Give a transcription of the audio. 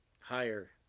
higher